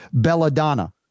belladonna